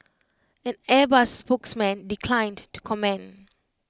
an airbus spokesman declined to comment